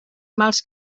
mals